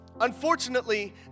Unfortunately